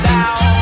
Down